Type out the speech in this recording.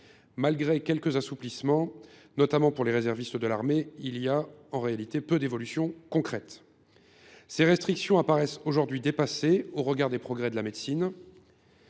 Malgré quelques assouplissements, notamment pour les réservistes de l’armée, il y a eu en réalité peu d’évolutions concrètes. Aujourd’hui, ces restrictions apparaissent dépassées au regard des progrès de la médecine.